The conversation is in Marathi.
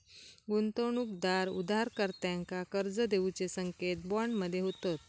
गुंतवणूकदार उधारकर्त्यांका कर्ज देऊचे संकेत बॉन्ड मध्ये होतत